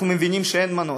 אנחנו מבינים שאין מנוס.